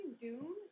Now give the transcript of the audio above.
Doom